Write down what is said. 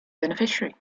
beneficiary